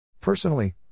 Personally